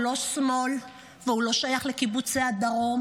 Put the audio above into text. הוא לא שמאל והוא לא שייך לקיבוצי הדרום,